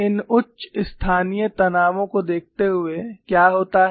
इन उच्च स्थानीय तनावों को देखते हुए क्या होता है